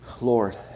Lord